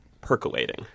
percolating